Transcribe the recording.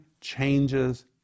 changes